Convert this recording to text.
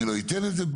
אני לא אתן את זה,